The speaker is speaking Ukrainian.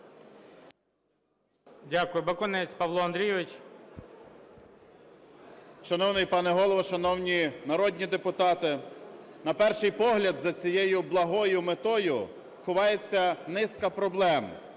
Дякую. Бакунець Павло Андрійович. 11:18:57 БАКУНЕЦЬ П.А. Шановний пане Голово, шановні народні депутати, на перший погляд, за цією благою метою ховається низка проблем.